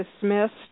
dismissed